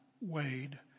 Wade